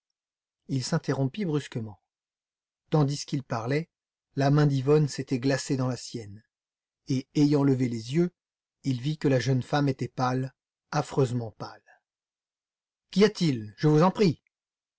il s'interrompit brusquement tandis qu'il parlait la main d'yvonne s'était glacée dans la sienne et ayant levé les yeux il vit que la jeune femme était pâle affreusement pâle qu'y a-t-il je vous en prie